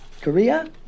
Korea